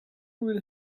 will